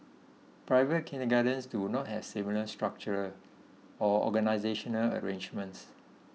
private kindergartens do not have similar structural or organisational arrangements